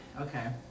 okay